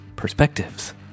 perspectives